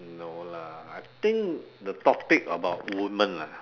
no lah I think the topic about woman ah